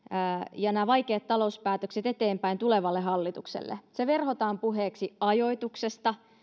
ja nämä vaikeat talouspäätökset eteenpäin tulevalle hallitukselle se verhotaan puheeksi ajoituksesta